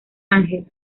ángel